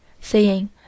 saying